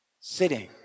sitting